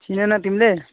चिनेनौ तिमीले